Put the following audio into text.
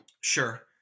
Sure